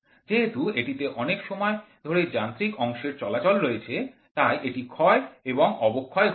যেহেতু এটিতে অনেক সময় ধরে যান্ত্রিক অংশের চলাচল রয়েছে তাই এটির ক্ষয় এবং অবক্ষয় ঘটে